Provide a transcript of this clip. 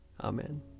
Amen